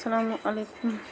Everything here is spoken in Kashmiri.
السلامُ علیکُم